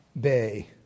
bay